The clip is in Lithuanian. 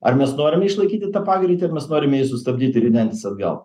ar mes norime išlaikyti tą pagreitį norime jį sustabdytiir ridentis atgal